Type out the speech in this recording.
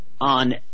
on